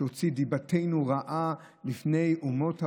שהוציא דיבתנו רעה בפני אומות העולם?